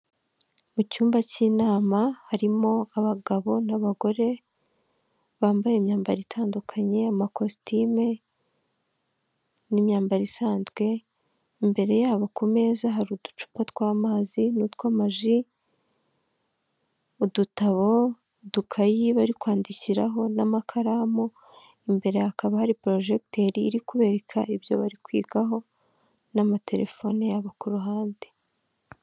Mu cyumba k'inama harimo abagabo n'abagore bambaye imyambaro itandukanye amakositime n'imyambaro isanzwe, imbere yabo ku meza hari uducupa tw'amazi n'utw'amaji, udutabo, udukayi bari kwandikiraho n'amakaramu, imbere hakaba hari porojegiter iri kubereka ibyo bari kwigaho n'amatelefone yabo ku ruhande.